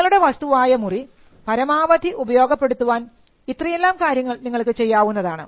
നിങ്ങളുടെ വസ്തുവായ മുറി പരമാവധി ഉപയോഗപ്പെടുത്തുവാൻ ഇത്രയെല്ലാം കാര്യങ്ങൾ നിങ്ങൾക്ക് ചെയ്യാവുന്നതാണ്